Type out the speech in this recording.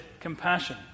compassion